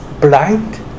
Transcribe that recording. blind